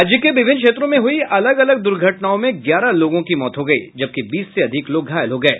राज्य के विभिन्न क्षेत्रों में हुई अलग अलग द्र्घटनाओं में ग्यारह लोगों की मौत हो गयी जबकि बीस से अधिक लोग घायल हो गये